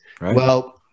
Well-